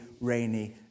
rainy